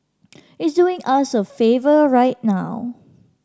it's doing us a favour right now